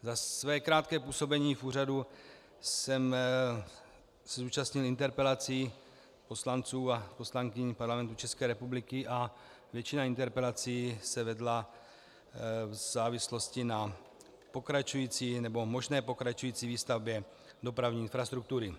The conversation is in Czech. Za své krátké působení v úřadu jsem se účastnil interpelací poslanců a poslankyň Parlamentu České republiky a většina interpelací se vedla v závislosti na pokračující nebo možné pokračující výstavbě dopravní infrastruktury.